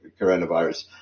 coronavirus